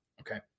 okay